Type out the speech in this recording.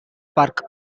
park